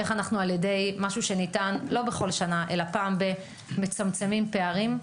איך על ידי משהו שניתן לא בכל שנה אלא פעם ב- אנחנו מצמצמים פערים.